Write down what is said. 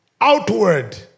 Outward